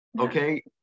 Okay